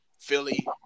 Philly